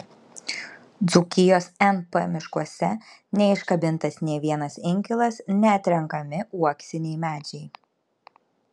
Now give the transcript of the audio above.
dzūkijos np miškuose neiškabintas nė vienas inkilas neatrenkami uoksiniai medžiai